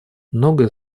многое